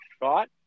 right